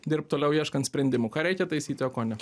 dirbt toliau ieškant sprendimų ką reikia taisyti o ko ne